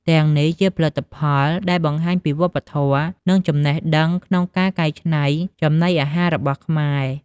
ទាំងនេះជាផលិតផលដែលបង្ហាញពីវប្បធម៌ និងចំណេះដឹងក្នុងការកែច្នៃចំណីអាហាររបស់ខ្មែរ។